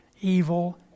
evil